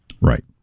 Right